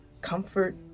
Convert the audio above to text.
Comfort